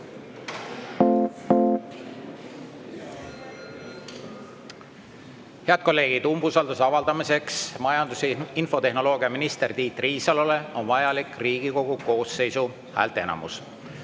kolleegid, umbusalduse avaldamiseks majandus- ja infotehnoloogiaminister Tiit Riisalole on vajalik Riigikogu koosseisu häälteenamus.